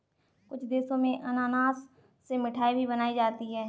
कुछ देशों में अनानास से मिठाई भी बनाई जाती है